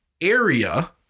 area